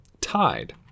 Tied